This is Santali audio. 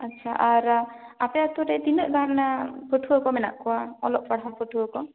ᱟᱪᱪᱷᱟ ᱟᱨ ᱟᱯᱮ ᱟᱛᱳ ᱨᱮ ᱛᱤᱱᱟᱹ ᱜᱟᱱ ᱯᱟᱹᱴᱷᱩᱭᱟᱹ ᱠᱚ ᱢᱮᱱᱟ ᱠᱚᱣᱟ ᱚᱞᱚᱜ ᱯᱟᱲᱦᱟᱣ ᱯᱟᱹᱴᱷᱩᱭᱟᱹ ᱠᱚ